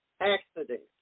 accidents